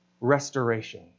restoration